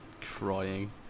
crying